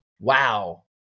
wow